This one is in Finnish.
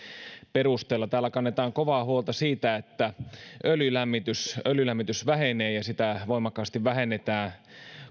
perusteella täällä kannetaan kovaa huolta siitä että öljylämmitys öljylämmitys vähenee ja sitä voimakkaasti vähennetään